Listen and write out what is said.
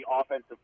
offensive